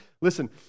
Listen